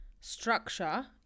structure